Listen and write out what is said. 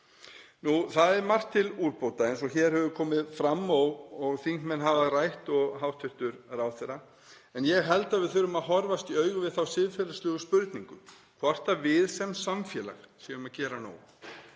Jú, það er margt til úrbóta eins og hér hefur komið fram og þingmenn hafa rætt og hæstv. ráðherra. En ég held að við þurfum að horfast í augu við þá siðferðilegu spurningu hvort við sem samfélag séum að gera nóg.